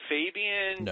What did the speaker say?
Fabian